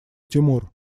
тимур